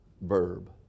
verb